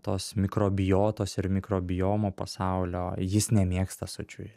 tos mikrobiotos ir mikrobiomo pasaulio jis nemėgsta sočiųjų